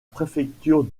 préfecture